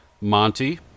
Monty